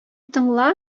тыңла